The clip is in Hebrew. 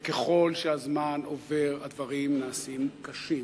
וככל שהזמן עובר הדברים נעשים קשים,